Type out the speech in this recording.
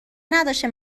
نداشته